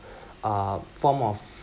uh form of